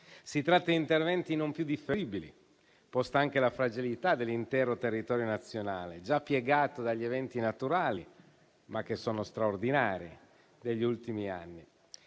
Si tratta di interventi non più differibili, posta anche la fragilità dell'intero territorio nazionale, già piegato dagli eventi naturali (ma che sono straordinari) degli ultimi anni.